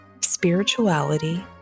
spirituality